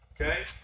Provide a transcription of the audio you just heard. Okay